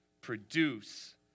produce